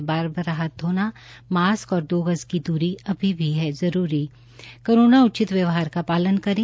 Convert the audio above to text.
बार बार हाथ धोना मास्क और दो गज की दूरी अभी भी है जरूरी कोरोना उचित व्यवहार का पालन करे